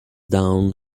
down